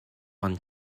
vingt